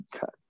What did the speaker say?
cut